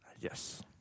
Yes